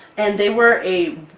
and they were a